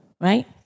right